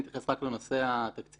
אני אתייחס רק לנושא התקציבי.